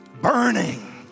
burning